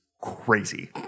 crazy